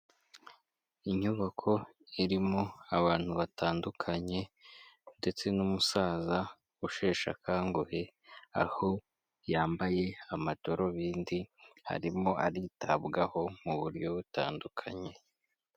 Inyubako irimo abantu batandukanye, ndetse n'umusaza usheshe akanguhe, aho yambaye amadarubindi arimo aritabwaho, mu buryo butandukanye.